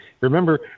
Remember